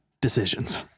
decisions